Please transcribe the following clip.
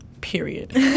period